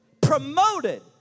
promoted